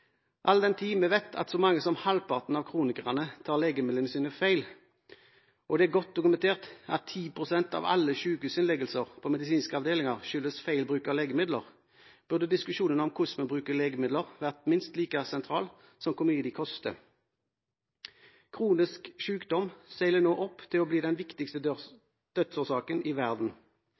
All den tid vi vet at så mange som halvparten av kronikerne tar legemidlene sine feil, og det er godt dokumentert at 10 pst. av alle sykehusinnleggelser på medisinske avdelinger skyldes feil bruk av legemidler, burde diskusjonen om hvordan man bruker legemidler, vært minst like sentral som diskusjonen om hvor mye de koster. Kronisk sykdom seiler nå opp til å bli den viktigste dødsårsaken i verden.